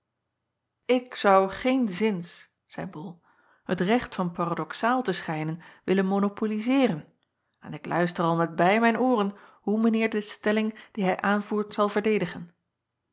k zou geenszins zeî ol het recht van paradoxaal te schijnen willen monopolizeeren en ik luister al met beî mijn ooren hoe mijn eer de stelling die hij aanvoert zal verdedigen